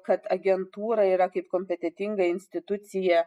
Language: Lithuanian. kad agentūra yra kaip kompetentinga institucija